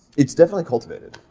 it's definitely cultivated.